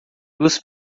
duas